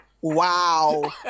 Wow